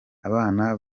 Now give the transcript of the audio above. abana